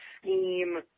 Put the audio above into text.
scheme